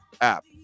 app